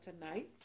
tonight